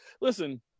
listen